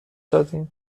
دادیم